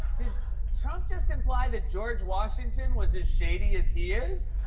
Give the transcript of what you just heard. did trump just imply that george washington was as shady as he is?